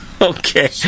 okay